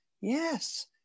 yes